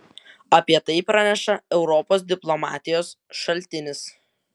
apie tai praneša europos diplomatijos šaltinis